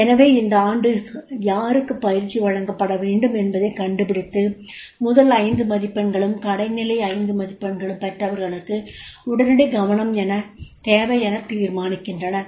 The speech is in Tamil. எனவே இந்த ஆண்டு யாருக்கு பயிற்சி வழங்கப்பட வேண்டும் என்பதைக் கண்டுபிடித்து முதல் 5 மதிப்பெண்களும் கடைநிலை 5 மதிப்பெண்களும் பெற்றவர்களுக்கு உடனடி கவனம் தேவை எனத் தீர்மானிக்கின்றனர்